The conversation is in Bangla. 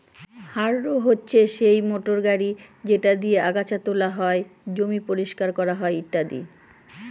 হাররো হচ্ছে সেই মোটর গাড়ি যেটা দিয়ে আগাচ্ছা তোলা হয়, জমি পরিষ্কার করা হয় ইত্যাদি